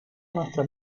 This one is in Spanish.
nuestro